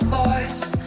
voice